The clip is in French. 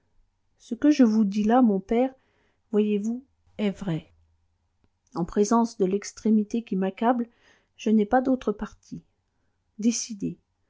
ce que je vous dis là mon père voyez-vous est vrai en présence de l'extrémité qui m'accable je n'ai pas d'autre parti décidez